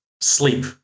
sleep